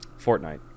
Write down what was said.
Fortnite